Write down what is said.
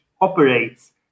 operates